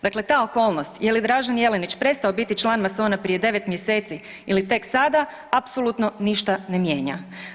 Dakle, ta okolnost je li Dražen Jelenić prestao biti član masona prije 9 mjeseci ili tek sada apsolutno ništa ne mijenja.